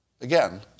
Again